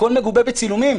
הכול מגובה בצילומים.